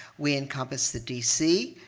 we encompass the dc,